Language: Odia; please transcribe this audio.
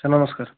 ସାର୍ ନମସ୍କାର